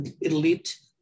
elite